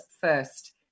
first